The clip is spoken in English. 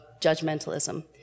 judgmentalism